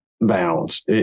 bounds